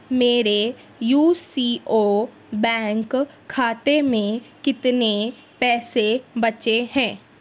میرے U C O bank کھاتے میں کتنے پیسے بچے ہیں